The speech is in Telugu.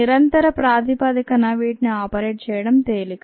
నిరంతర ప్రాతిపదికన వీటిని ఆపరేట్ చేయడం తేలిక